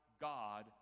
God